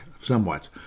somewhat